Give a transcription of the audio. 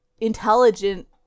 intelligent